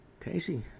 Casey